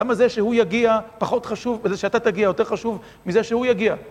למה זה שהוא יגיע פחות חשוב, וזה שאתה תגיע יותר חשוב מזה שהוא יגיע?